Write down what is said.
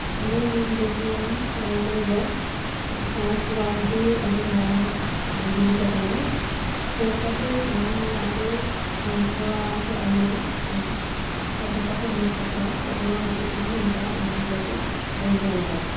ᱟᱞᱮ ᱱᱚᱣᱟ ᱵᱤᱨᱵᱷᱩᱢ ᱦᱚᱱᱚᱛ ᱨᱮᱫᱚ ᱪᱟᱥᱵᱟᱥᱜᱮ ᱟᱹᱰᱤ ᱢᱟᱨᱟᱝ ᱡᱤᱵᱤᱠᱟ ᱠᱟᱱᱟ ᱪᱮᱫᱞᱮᱠᱟ ᱥᱮ ᱥᱟᱱᱟᱢ ᱦᱚᱲᱟᱜ ᱜᱮ ᱛᱷᱚᱲᱟ ᱥᱮ ᱟᱭᱢᱟ ᱠᱷᱮᱛ ᱦᱟᱥᱟᱠᱚ ᱦᱮᱱᱟᱜ ᱛᱟᱠᱩᱣᱟ ᱛᱚ ᱚᱱᱟᱦᱚᱛᱮᱫ ᱛᱮᱜᱮ ᱩᱱᱠᱩᱣᱟᱜ ᱡᱤᱵᱤᱠᱟᱠᱚ ᱟᱹᱨᱡᱟᱹᱣ ᱮᱫᱟ